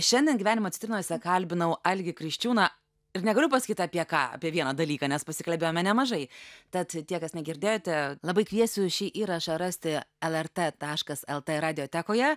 šiandien gyvenimo citrinose kalbinau algį kriščiūną ir negaliu pasakyt apie ką apie vieną dalyką nes pasikalbėjome nemažai tad tie kas negirdėjote labai kviesiu šį įrašą rasti lrt taškas lt radiotekoje